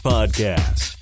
Podcast